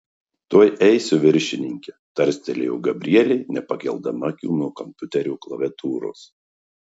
tuoj eisiu viršininke tarstelėjo gabrielė nepakeldama akių nuo kompiuterio klaviatūros